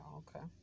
okay